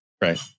right